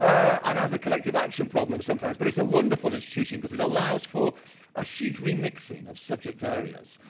and as a collective action problem sometimes, but it's a wonderful institution, because it allows for a huge remixing of subject areas.